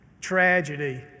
tragedy